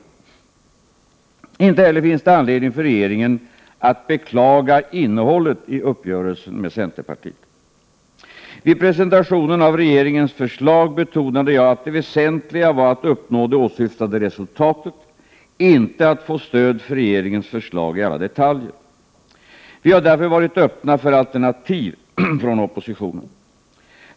7 juni 1989 Inte heller finns det anledning för regeringen att beklaga innehållet i uppgörelsen med centerpartiet. Vid presentationen av regeringens förslag betonade jag att det väsentliga var att uppnå det åsyftade resultatet, inte att få stöd för regeringens förslag i alla detaljer. Vi har därför varit öppna för alternativ från oppositionen.